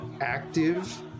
active